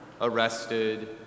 arrested